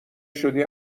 شدی